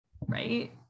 right